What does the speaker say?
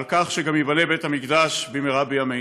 על כך שגם ייבנה בית-המקדש במהרה בימינו.